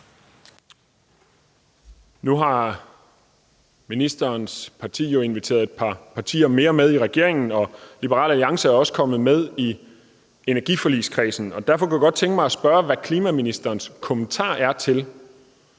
Nu har ministerens parti jo inviteret et par partier mere med i regeringen, og Liberal Alliance er også kommet med i energiforligskredsen. Derfor kunne jeg godt tænke mig at spørge, hvad klimaministerens kommentar er til,